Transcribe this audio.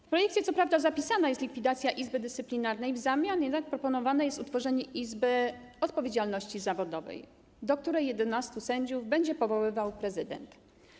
W projekcie co prawda jest zapisana likwidacja Izby Dyscyplinarnej, w zamian jednak proponowane jest utworzenie Izby Odpowiedzialności Zawodowej, do której 11 sędziów będzie powoływał prezydent.